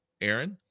Aaron